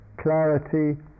clarity